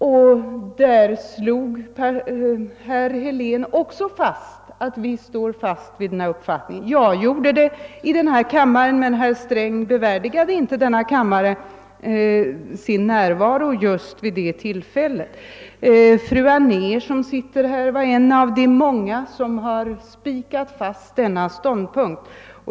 Då framhöll herr Helén att vi står fast vid vår uppfattning. Jag gjorde det i denna kammare, men herr Sträng bevärdigade inte kammaren med sin närvaro just vid det tillfället. Fru Anér, som sitter här, är en av de många som har spikat fast denna ståndpunkt.